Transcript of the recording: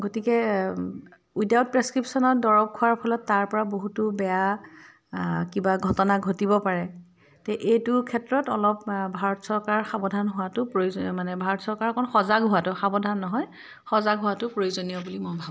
গতিকে উইডাউট প্ৰেছক্ৰিপশ্যনত দৰৱ খোৱাৰ ফলত তাৰ পৰা বহুতো বেয়া কিবা ঘটনা ঘটিব পাৰে তে এইটোৰ ক্ষেত্ৰত অলপ ভাৰত চৰকাৰ সাৱধান হোৱাটো প্ৰয়োজ মানে ভাৰত চৰকাৰখন সজাগ হোৱাটো সাৱধান নহয় সজাগ হোৱাটো প্ৰয়োজনীয় বুলি মই ভাবোঁ